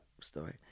story